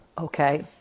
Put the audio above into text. Okay